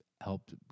helped